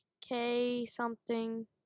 K-something